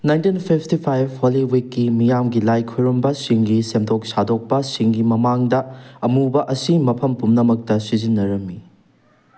nineteen fifty five Holi ꯋꯤꯛꯀꯤ ꯃꯤꯌꯥꯝꯒꯤ ꯂꯥꯏ ꯈꯨꯔꯨꯝꯕꯁꯤꯡꯒꯤ ꯁꯦꯝꯗꯣꯛ ꯁꯥꯗꯣꯛꯄꯁꯤꯡꯒꯤ ꯃꯃꯥꯡꯗ ꯑꯃꯨꯕ ꯑꯁꯤ ꯃꯐꯝ ꯄꯨꯝꯅꯃꯛꯇ ꯁꯤꯖꯤꯟꯅꯔꯝꯃꯤ